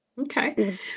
Okay